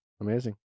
Amazing